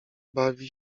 bawi